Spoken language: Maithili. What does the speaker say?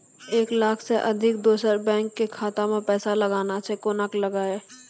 एक लाख से अधिक दोसर बैंक के खाता मे पैसा लगाना छै कोना के लगाए?